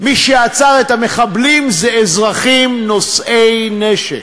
מי שעצר את המחבלים זה אזרחים נושאי נשק.